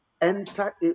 enter